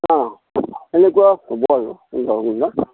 অঁ তেনেকুৱা হ'ব আৰু পোন্ধৰ মোন মান